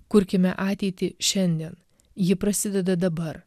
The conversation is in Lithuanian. kurkime ateitį šiandien ji prasideda dabar